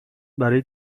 برا